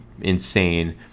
insane